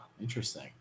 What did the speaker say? interesting